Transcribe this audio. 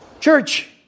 Church